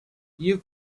you